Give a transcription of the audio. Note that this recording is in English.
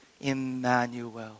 Emmanuel